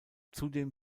zudem